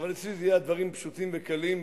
אצלי הדברים יהיו פשוטים וקלים,